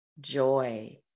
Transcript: joy